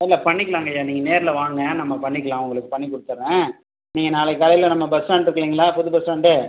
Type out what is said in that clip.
இல்லை பண்ணிக்கிலாங்கய்யா நீங்கள் நேரில் வாங்க நம்ம பண்ணிக்கலாம் உங்களுக்கு பண்ணி கொடுத்துட்றேன் நீங்கள் நாளைக்கு காலையில் நம்ம பஸ் ஸ்டாண்ட் இருக்கில்லைங்களா புது பஸ் ஸ்டாண்டு